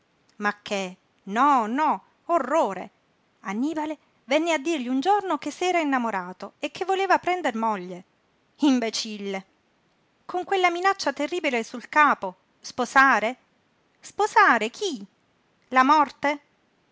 ma che no no orrore annibale venne a dirgli un giorno che s'era innamorato e che voleva prender moglie imbecille con quella minaccia terribile sul capo sposare sposare chi la morte